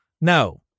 No